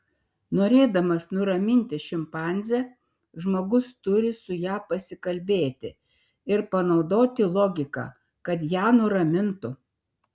norėdamas nuraminti šimpanzę žmogus turi su ja pasikalbėti ir panaudoti logiką kad ją nuramintų